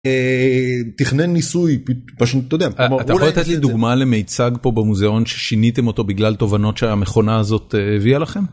תכנן ניסוי פשוט אתה יודע... אתה יכול לתת לי דוגמה למיצג פה במוזיאון ששיניתם אותו בגלל תובנות שהמכונה הזאת הביאה לכם.